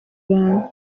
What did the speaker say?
bantu